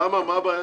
למה, מה הבעיה?